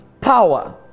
Power